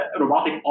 robotic